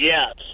Yes